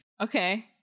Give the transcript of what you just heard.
okay